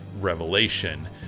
revelation